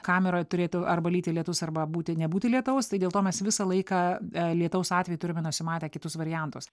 kameroj turėtų arba lyti lietus arba būti nebūti lietaus tai dėl to mes visą laiką lietaus atveju turime nusimatę kitus variantus